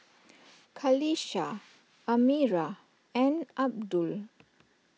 Qalisha Amirah and Abdul